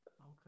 okay